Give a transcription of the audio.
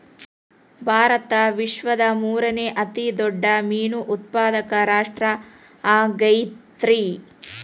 ಭಾರತ ವಿಶ್ವದ ಮೂರನೇ ಅತಿ ದೊಡ್ಡ ಮೇನು ಉತ್ಪಾದಕ ರಾಷ್ಟ್ರ ಆಗೈತ್ರಿ